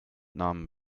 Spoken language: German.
namen